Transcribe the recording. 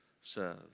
says